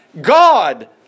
God